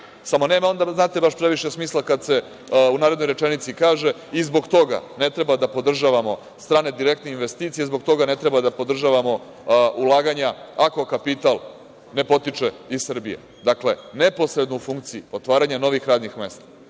samo nema onda znate, baš previše smisla kada se u narednoj rečenici kaže - i zbog toga ne treba da podržavamo strane direktne investicije, zbog toga ne treba da podržavamo ulaganja, ako kapital ne potiče iz Srbije. Dakle, neposredno u funkciji otvaranja novih radnih mesta